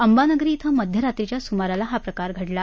अंबानगरी इथं मध्यरात्रीच्या सुमाराला हा प्रकार घडला